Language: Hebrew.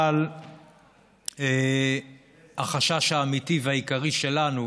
אבל החשש האמיתי והעיקרי שלנו,